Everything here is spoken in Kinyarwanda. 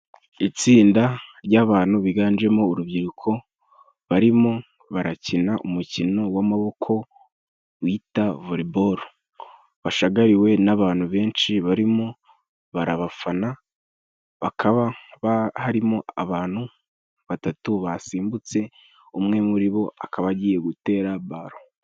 Itsinda ry'abantu biganjemo urubyiruko barimo barakina umukino w'amaboko bita vore boro(volleyball). Bashagawe n'abantu benshi barimo barabafana. Bakaba harimo abantu batatu basimbutse umwe muri bo akaba agiye gutera baro.